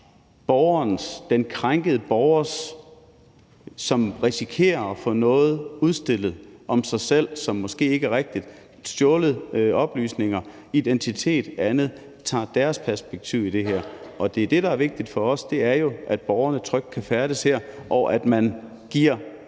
– den krænkede borger, som risikerer at få noget udstillet om sig selv, som måske ikke er rigtigt, stjålne oplysninger, identitet eller andet. Og det er det, der er vigtigt for os, altså at borgerne trygt kan færdes her, og at man giver andre,